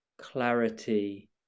clarity